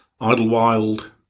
Idlewild